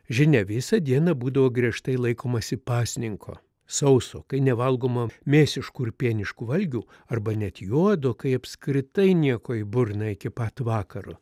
žinia visą dieną būdavo griežtai laikomasi pasninko sauso kai nevalgoma mėsiškų ir pieniškų valgių arba net juodo kai apskritai nieko į burną iki pat vakaro